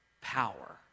power